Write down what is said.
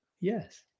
Yes